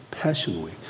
passionately